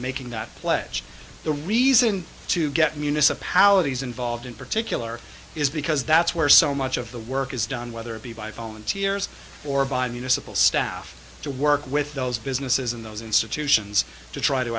making that pledge the reason to get municipalities involved in particular is because that's where so much of the work is done whether it be by volunteers or by municipal staff to work with those businesses in those institutions to try to